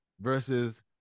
versus